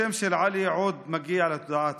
השם של עלי עוד מגיע לתודעה הציבורית,